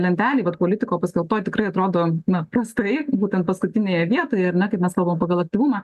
lentelėj vat politiko paskelbtoj tikrai atrodo na prastai būtent paskutinėje vietoje ar ne kaip mes kalbam pagal aktyvumą